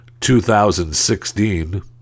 2016